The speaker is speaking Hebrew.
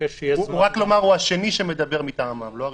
רק לומר הוא השני שמדבר מטעמם, לא הראשון.